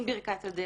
עם ברכת הדרך.